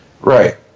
Right